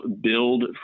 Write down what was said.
build